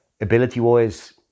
ability-wise